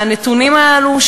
והנתונים הללו,